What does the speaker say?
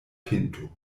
pinto